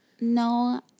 No